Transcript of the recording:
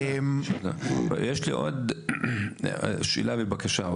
יש לי עוד שאלה ובקשה,